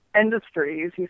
Industries